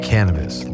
Cannabis